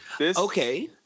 Okay